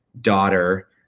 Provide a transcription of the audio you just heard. daughter